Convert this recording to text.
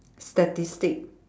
statistic